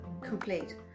complete